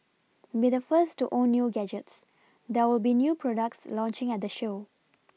be the first to own new gadgets there will be new products launching at the show